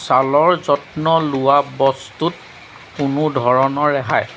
ছালৰ যত্ন লোৱা বস্তুত কোনো ধৰণৰ ৰেহাই